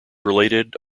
related